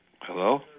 Hello